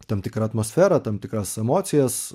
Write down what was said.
tam tikrą atmosferą tam tikras emocijas